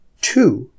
two